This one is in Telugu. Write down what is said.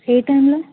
ఏ టైంలో